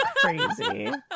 crazy